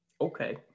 Okay